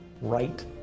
right